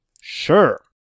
Sure